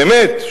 באמת,